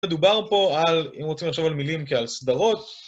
מדובר פה על, אם רוצים לחשוב על מילים כעל סדרות.